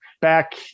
Back